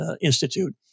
Institute